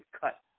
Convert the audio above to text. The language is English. cut